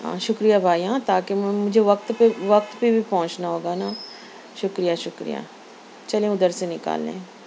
آ شُكریہ بھائی ہاں تا كہ مجھے وقت پہ وقت پہ بھی پہنچنا ہوگا نا شُكریہ شُكریہ چلیں اُدھر سے نكالیں